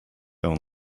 own